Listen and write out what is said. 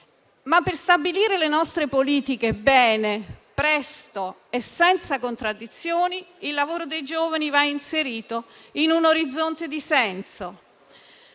Ma per stabilire le nostre politiche bene, presto e senza contraddizioni, il lavoro dei giovani va inserito in un orizzonte di senso.